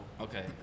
Okay